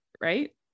right